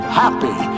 happy